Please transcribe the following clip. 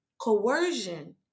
Coercion